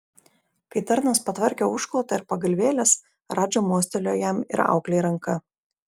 kai tarnas patvarkė užklotą ir pagalvėles radža mostelėjo jam ir auklei ranka